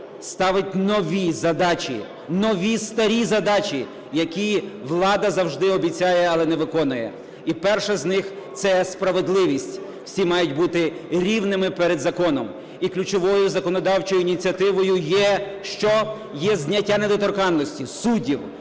ставить нові задачі, нові старі задачі, які влада завжди обіцяє, але не виконує. І перша з них – це справедливість. Всі мають бути рівними перед законом і ключовою законодавчою ініціативою є що? Є зняття недоторканності з суддів,